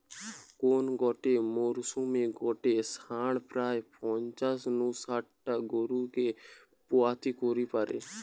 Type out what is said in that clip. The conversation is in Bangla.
কোন গটে মরসুমে গটে ষাঁড় প্রায় পঞ্চাশ নু শাট টা গরুকে পুয়াতি করি পারে